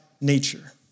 nature